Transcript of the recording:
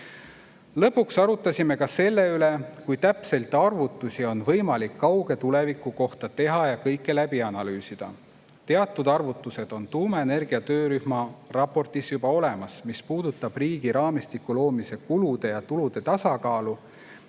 Lõpuks arutasime ka selle üle, kui täpseid arvutusi on võimalik kauge tuleviku kohta teha ja kui täpselt kõike läbi analüüsida. Teatud arvutused on tuumaenergia töörühma raportis juba olemas, mis puudutab riigi raamistiku loomise kulude ja tulude tasakaalu,